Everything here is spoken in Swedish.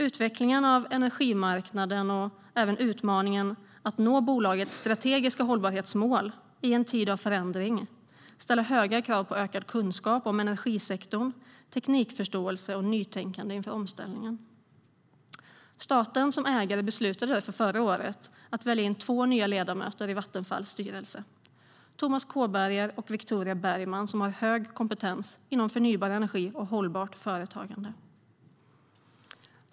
Utvecklingen av energimarknaden och även utmaningen att nå bolagets strategiska hållbarhetsmål i en tid av förändring ställer höga krav på ökad kunskap om energisektorn, teknikförståelse och nytänkande inför omställningen. Staten som ägare beslutade därför förra året att välja in två nya ledamöter i Vattenfalls styrelse: Tomas Kåberger och Viktoria Bergman, som har hög kompetens inom förnybar energi och hållbart företagande.